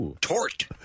Tort